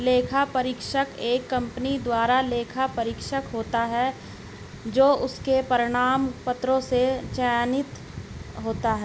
लेखा परीक्षक एक कंपनी द्वारा लेखा परीक्षक होता है जो उसके प्रमाण पत्रों से चयनित होता है